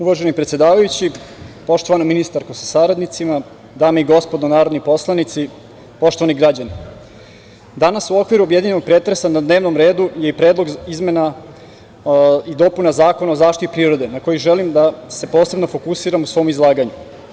Uvaženi predsedavajući, poštovana ministarko sa saradnicima, dame i gospodo narodni poslanici, poštovani građani, danas u okviru objedinjenog pretresa na dnevnom redu je i Predlog izmena i dopuna Zakona o zaštiti prirode na koji želim da se posebno fokusiram u svom izlaganju.